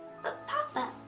but papa,